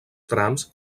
trams